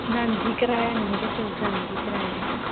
ਨਾ ਜੀ ਕਰਵਾਇਆ ਨਹੀਂ ਜੀ ਹੈਗਾ ਸਿਰ ਦਾ ਨਹੀਂ ਜੀ ਕਰਵਾਇਆ ਹੈਗਾ